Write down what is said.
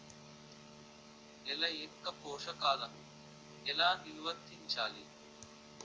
నెల యెక్క పోషకాలను ఎలా నిల్వర్తించాలి